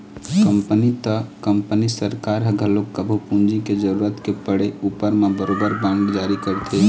company त company सरकार ह घलोक कभू पूंजी के जरुरत के पड़े उपर म बरोबर बांड जारी करथे